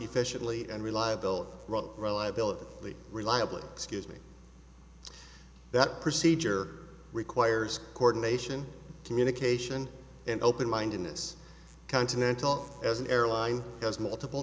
efficiently and reliability wrote reliability reliably excuse me that procedure requires coordination communication and open mindedness continental as an airline has multiple